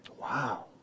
Wow